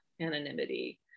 anonymity